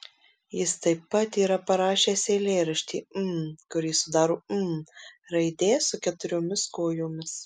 jis taip pat yra parašęs eilėraštį m kurį sudaro m raidė su keturiomis kojomis